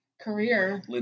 career